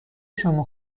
شما